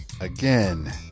again